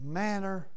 manner